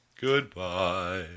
Goodbye